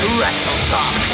WrestleTalk